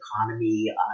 economy